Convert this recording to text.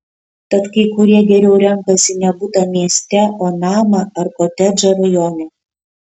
tad kai kurie geriau renkasi ne butą mieste o namą ar kotedžą rajone